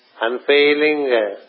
unfailing